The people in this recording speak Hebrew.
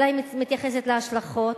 אלא היא מתייחסת להשלכות